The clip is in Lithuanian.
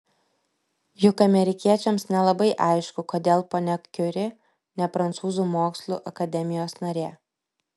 juk amerikiečiams nelabai aišku kodėl ponia kiuri ne prancūzų mokslų akademijos narė